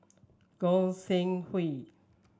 Goi Seng Hui